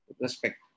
respect